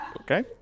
Okay